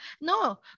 No